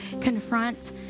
confront